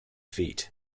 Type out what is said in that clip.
feet